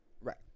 Right